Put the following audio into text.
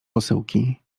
posyłki